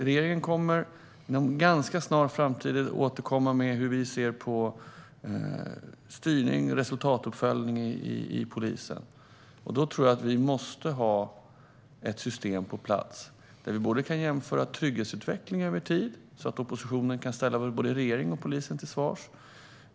Regeringen kommer inom en ganska snar framtid att återkomma med hur vi ser på styrning och resultatuppföljning i polisen. Jag tror att vi måste ha ett system på plats där vi kan jämföra trygghetsutveckling över tid så att oppositionen kan ställa både regeringen och polisen till svars.